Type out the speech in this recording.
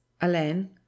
alain